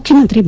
ಮುಖ್ಯಮಂತ್ರಿ ಬಿ